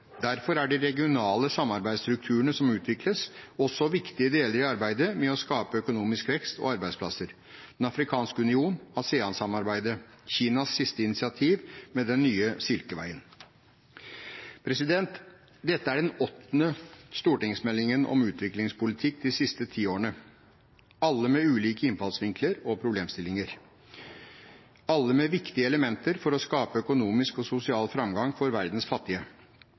Derfor er de regionale samarbeidsstrukturene som utvikles, også viktige deler i arbeidet med å skape økonomisk vekst og arbeidsplasser – Den afrikanske union, ASEAN-samarbeidet og Kinas siste initiativ med den nye silkeveien. Dette er den åttende stortingsmeldingen om utviklingspolitikk de siste ti årene – alle med ulike innfallsvinkler og problemstillinger, alle med viktige elementer for å skape økonomisk og sosial framgang for verdens fattige,